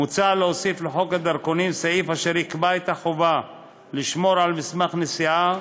מוצע להוסיף לחוק הדרכונים סעיף אשר יקבע את החובה לשמור על מסמך נסיעה,